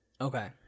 Okay